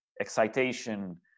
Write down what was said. excitation